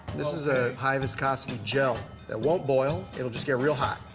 this is a high viscosity gel that won't boil. it'll just get real hot.